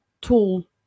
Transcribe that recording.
tool